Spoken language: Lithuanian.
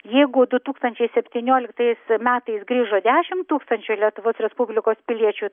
jeigu du tūkstančiai septynioliktais metais grįžo dešim tūkstančių lietuvos respublikos piliečių